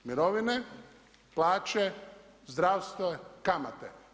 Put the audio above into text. Mirovine, plaće, zdravstvo, kamate.